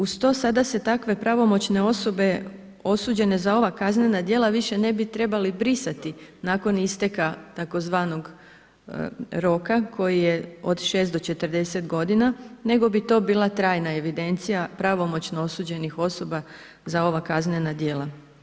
Uz to, sada se takve pravomoćne osobe osuđene za ova kaznena djela više ne bi trebali brisati nakon istekla tzv. roka koji je od 6 do 40 godina, nego bi to bila trajna evidencija pravomoćno osuđenih osoba za ova kaznena djela.